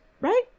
Right